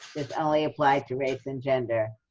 this only applies to race and gender.